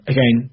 Again